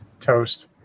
Toast